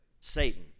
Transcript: Satan